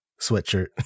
sweatshirt